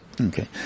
Okay